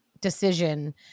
decision